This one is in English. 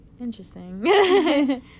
Interesting